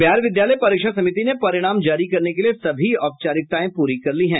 बिहार विद्यालय परीक्षा समिति ने परिणाम जारी करने के लिये सभी औपचारिकतायें पूरी कर ली हैं